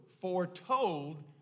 foretold